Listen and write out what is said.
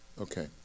Okay